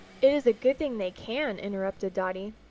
is a good thing they can, interrupted dotty.